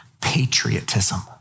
patriotism